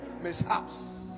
mishaps